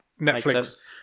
Netflix